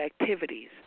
activities